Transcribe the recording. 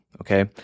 Okay